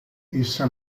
essa